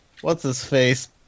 what's-his-face